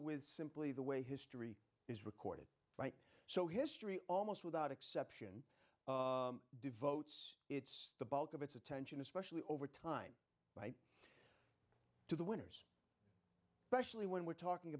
with simply the way history is recorded right so history almost without exception devotes its the bulk of its attention especially over time by to the winner's preciously when we're talking